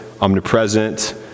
omnipresent